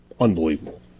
unbelievable